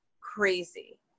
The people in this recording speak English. crazy